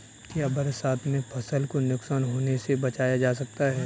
क्या बरसात में फसल को नुकसान होने से बचाया जा सकता है?